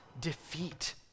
defeat